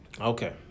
Okay